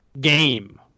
game